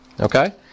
Okay